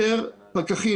יותר פקחים.